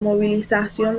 movilización